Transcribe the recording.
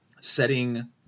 setting